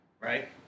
Right